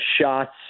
shots